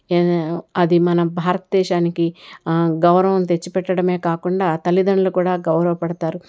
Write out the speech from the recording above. అది మన భారతదేశానికి గౌరవం తెచ్చిపెట్టడమే కాకుండా తల్లిదండ్రులు కూడా గౌరవపడతారు